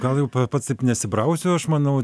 gal jau pats taip nesibrausiu aš manau